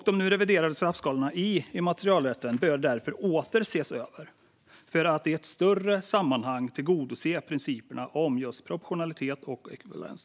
De nu reviderade straffskalorna i immaterialrätten bör därför åter ses över för att i ett större sammanhang tillgodose principerna om proportionalitet och ekvivalens.